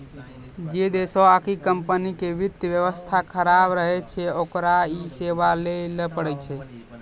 जै देशो आकि कम्पनी के वित्त व्यवस्था खराब रहै छै ओकरा इ सेबा लैये ल पड़ै छै